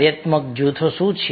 કાર્યાત્મક જૂથો શું છે